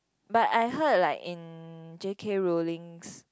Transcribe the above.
but I heard like in J_K-Rowling